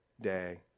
day